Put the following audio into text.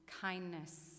kindness